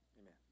Amen